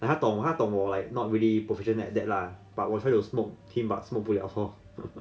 like 他懂他懂我 like not really proficient like that lah but 我 try to smoke him but smoke 不了 lor